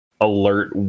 alert